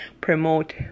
promote